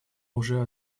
уже